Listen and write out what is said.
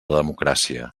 democràcia